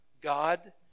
God